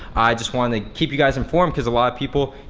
i just wanna to keep you guys informed cause a lot of people,